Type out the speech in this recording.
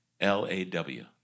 L-A-W